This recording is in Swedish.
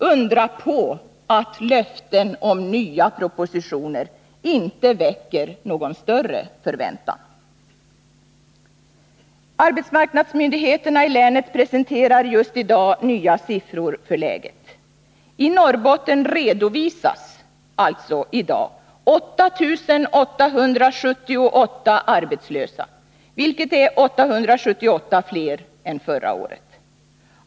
Undra på att löften om nya propositioner inte väcker någon större förväntan! Arbetsmarknadsmyndigheterna i länet presenterar just i dag nya siffror för läget. I Norrbotten redovisas alltså i dag 8 878 arbetslösa, vilket är 878 fler än förra året.